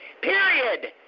Period